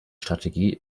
strategie